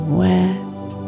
wet